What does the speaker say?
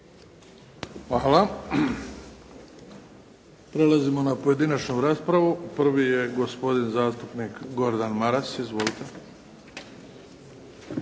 Hvala. Prelazimo na pojedinačnu raspravu. Prvi je gospodin zastupnik Gordan Maras. Izvolite.